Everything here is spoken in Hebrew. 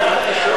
בעד, 4,